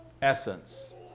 essence